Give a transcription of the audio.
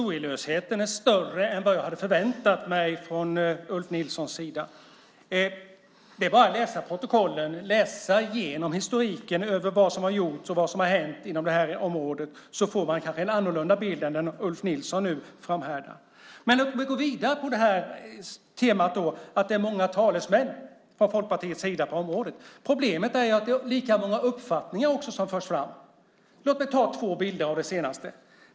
Fru talman! Historielösheten är större än vad jag hade förväntat mig från Ulf Nilssons sida. Om man läser protokollen och läser igenom historiken över vad som har gjorts och vad som har hänt på det här området får man kanske en annorlunda bild än den Ulf Nilsson nu framför. Låt mig gå vidare på temat att det är många talesmän från Folkpartiet på det här området. Problemet är att det också förs fram lika många uppfattningar. Låt mig ta två exempel på det senaste.